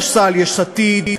למשל יש עתיד,